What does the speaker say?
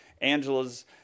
Angela's